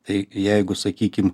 tai jeigu sakykim